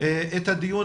את הדיון